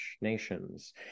nations